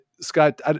Scott